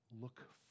Look